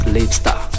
Lipstar